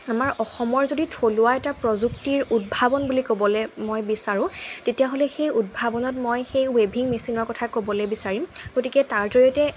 আমাৰ অসমৰ যদি থলুৱা এটা প্ৰযুক্তিৰ উদ্ভাৱন বুলি ক'বলৈ মই বিচাৰোঁ তেতিয়াহ'লে সেই উদ্ভাৱনত মই সেই ৱেভিং মেচিনৰ কথা ক'বলৈ বিচাৰিম গতিকে তাৰ জৰিয়তে